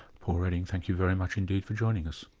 paul redding thank you very much indeed for joining us.